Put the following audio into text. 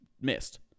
missed